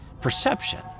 perception